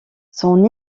son